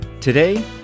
Today